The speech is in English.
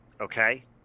okay